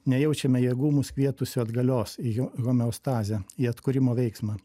nejaučiame jėgų mus kvietusių atgalios jo homeostazę į atkūrimo veiksmą